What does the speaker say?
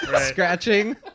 scratching